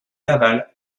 laval